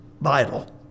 vital